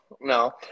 No